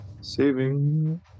saving